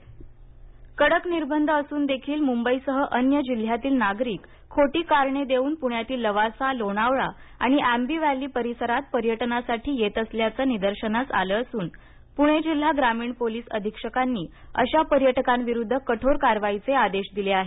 पर्यटक कडक निर्बंध असूनदेखील मुंबईसह अन्य जिल्ह्यतूल नागरिक खोटी करणे देऊन पुण्यातील लवासालोणावळा आणि अँबी व्हॅली परिसरात पर्यटनासाठी येत असल्याचं निदर्शनास आलं असून पूणे जिल्हा ग्रामीण पोलीस अधीक्षकांनी अशा पर्यटकांविरुद्ध कठोर कारवाईचे आदेश दिले आहेत